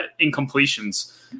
incompletions